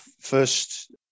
first